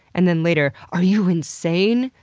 and then later, are you insane?